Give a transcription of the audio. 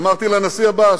אמרתי לנשיא עבאס,